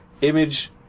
Image